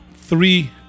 three